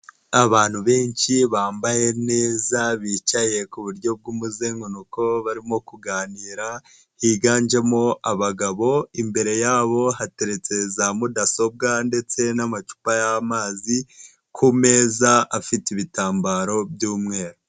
Abantu benshi bambaye neza bicaye ku buryo bw'umuzenguruko barimo kuganira higanjemo abagabo, imbere yabo hateretse za mudasobwa ndetse n'amacupa y'amazi ku meza afite ibitambaro by'umweru.